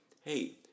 hey